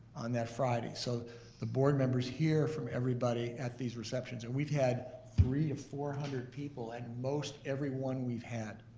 on that friday. so the board members hear from everybody at these receptions, and we've had three to four hundred people at most every one we've had.